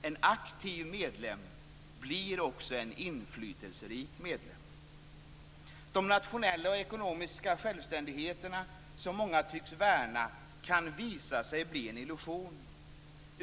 En aktiv medlem blir också en inflytelserik medlem. De nationella och ekonomiska självständigheter som många tycks värna kan visa sig bli en illusion.